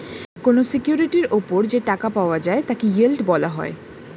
কোন সিকিউরিটির উপর যে টাকা পাওয়া যায় তাকে ইয়েল্ড বলা হয়